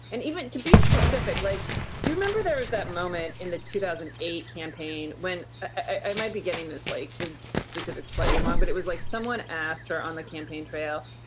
and even to be specific, like you remember, there is that moment in the two thousand and eight campaign when i might be getting this like the specifics slightly wrong. but it was like someone asked her on the campaign trail,